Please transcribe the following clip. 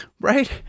right